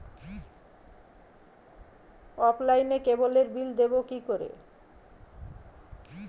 অফলাইনে ক্যাবলের বিল দেবো কি করে?